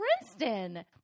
Princeton